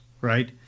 right